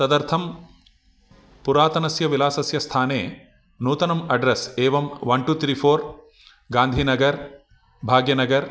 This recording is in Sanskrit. तदर्थं पुरातनस्य विलासस्य स्थाने नूतनम् अड्रस् एवं one two three four Gandhinagar Bhagyanagar